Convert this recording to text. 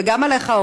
וגם עליך,